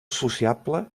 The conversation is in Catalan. sociable